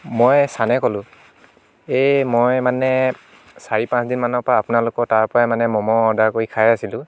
মই চানে ক'লো এই মই মানে চাৰি পাঁচদিন মানপা আপোনালোক তাৰপৰাই মানে ম'ম' অৰ্দাৰ কৰি খাই আছিলোঁ